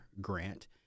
grant